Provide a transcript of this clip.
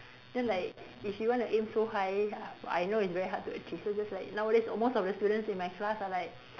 then like if you want to aim so high I know it's very hard to achieve so just like nowadays almost all the students in my class are like